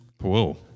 Whoa